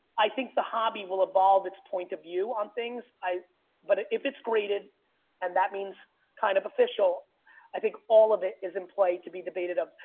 i think the hobby will evolve its point of view on things. but if it's graded and that means kind of official i think all of it is employed to be debated of.